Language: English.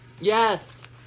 Yes